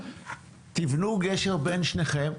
תיבנו גשר בין שתיכם,